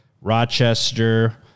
Rochester